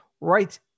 right